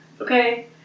Okay